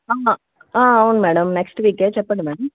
అవును madam next వీకే చెప్పండి మేడం